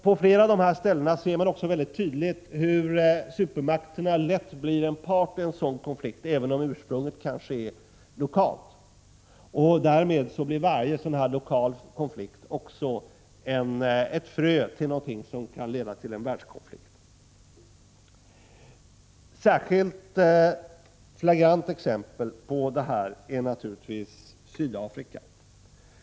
På flera av dessa ställen ser man också mycket tydligt hur en supermakt lätt blir en part i en sådan konflikt, även om ursprunget kanske är lokalt. Därmed blir varje sådan lokal konflikt också ett frö som kan leda till en världskonflikt. Ett särskilt flagrant exempel på detta är naturligtvis Sydafrika.